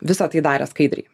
visą tai darė skaidriai